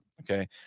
Okay